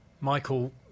Michael